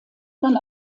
man